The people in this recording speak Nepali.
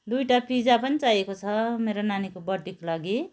दुईवटा पिज्जा पनि चाहिएको छ मेरो नानीको बर्थडेको लागि